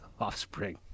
Offspring